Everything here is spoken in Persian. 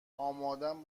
آمادم